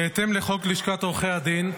בהתאם לחוק לשכת עורכי הדין,